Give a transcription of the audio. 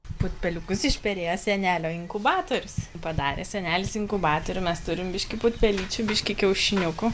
putpelius išperėjo senelio inkubatorius padarė senelis inkubatorių mes turim biškį putpelyčių biškį kiaušiniukų